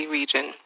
region